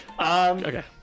Okay